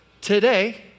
today